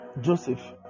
Joseph